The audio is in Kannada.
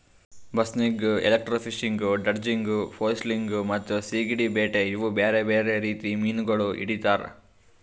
ಬಸ್ನಿಗ್, ಎಲೆಕ್ಟ್ರೋಫಿಶಿಂಗ್, ಡ್ರೆಡ್ಜಿಂಗ್, ಫ್ಲೋಸಿಂಗ್ ಮತ್ತ ಸೀಗಡಿ ಬೇಟೆ ಇವು ಬೇರೆ ಬೇರೆ ರೀತಿ ಮೀನಾಗೊಳ್ ಹಿಡಿತಾರ್